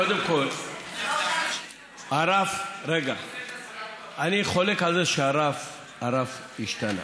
קודם כול, אני חולק על זה שהרף השתנה,